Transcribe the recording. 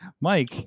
Mike